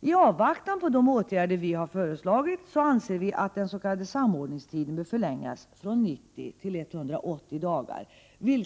I avvaktan på att de åtgärder vidtas som vi har föreslagit anser vi att den s.k. samordningstiden bör förlängas från 90 till 180 dagar — det var